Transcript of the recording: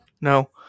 No